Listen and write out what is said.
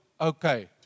okay